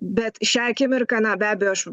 bet šią akimirką na be abejo aš